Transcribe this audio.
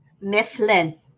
Mifflin